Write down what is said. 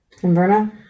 Inverna